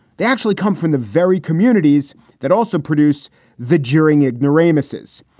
they actually come from the very communities that also produce the jeering ignoramuses.